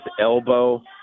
elbow